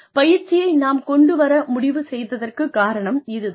பயிற்சியை நாம் கொண்டு வர முடிவு செய்ததற்கு காரணம் இது தான்